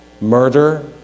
Murder